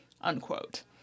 unquote